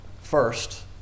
first